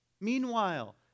Meanwhile